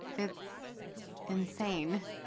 it's insane.